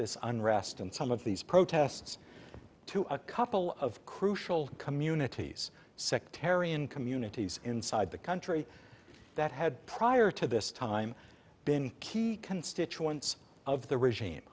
this unrest in some of these protests to a couple of crucial communities sectarian communities inside the country that had prior to this time been key constituents of the regime